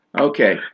okay